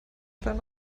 klein